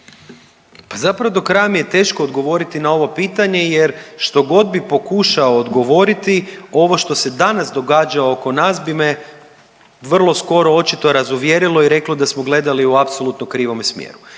zapravo do kraja mi je teško odgovoriti na ovo pitanje, jer što god bih pokušao odgovoriti ovo što se danas događa oko nas bi me vrlo skoro očito razuvjerilo i reklo da smo gledali u apsolutno krivome smjeru.